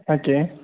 okay